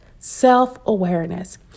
self-awareness